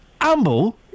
Amble